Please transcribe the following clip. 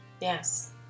Yes